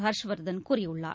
ஹர்ஷ்வர்தன் கூறியுள்ளார்